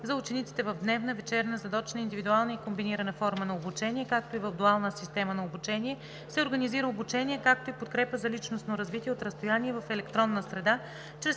За учениците в дневна, вечерна, задочна, индивидуална и комбинирана форма на обучение, както и в дуална система на обучение се организира обучение, както и подкрепа за личностно развитие от разстояние в електронна среда